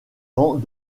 vend